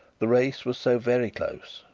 the race was so very close,